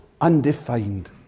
undefined